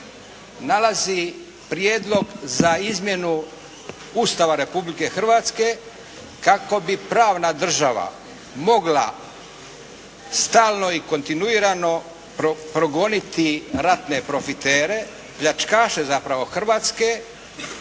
nalazi prijedlog za izmjenu Ustava Republike Hrvatske kako bi pravna država mogla stalno i kontinuirano progoniti ratne profitere, pljačkaše zapravo Hrvatske